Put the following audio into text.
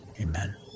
amen